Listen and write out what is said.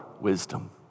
wisdom